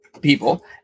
people